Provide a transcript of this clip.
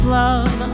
love